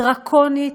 דרקונית,